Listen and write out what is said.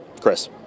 Chris